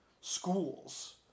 schools